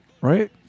Right